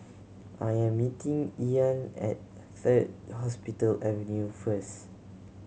I am meeting Ean at Third Hospital Avenue first